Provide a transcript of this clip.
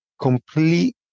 complete